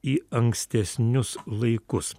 į ankstesnius laikus